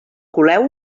coleu